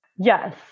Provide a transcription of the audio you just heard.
Yes